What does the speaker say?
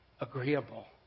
agreeable